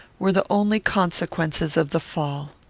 were the only consequences of the fall.